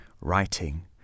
writing